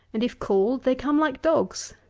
and if called, they come like dogs.